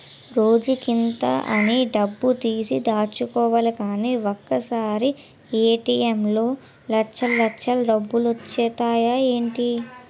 రోజుకింత అని డబ్బుతీసి దాచుకోలిగానీ ఒకసారీ ఏ.టి.ఎం లో లచ్చల్లచ్చలు డబ్బులొచ్చేత్తాయ్ ఏటీ?